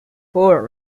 fort